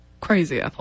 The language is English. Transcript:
Crazy